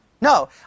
No